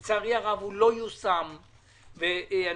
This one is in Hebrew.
התפקיד שלנו לפקח על עבודת הממשלה.